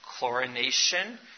chlorination